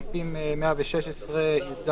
אלה